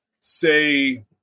say